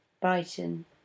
Brighton